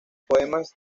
poemas